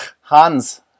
Hans